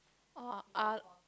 oh ah